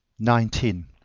nineteen.